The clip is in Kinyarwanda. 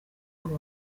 ngo